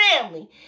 family